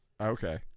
Okay